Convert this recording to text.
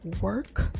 work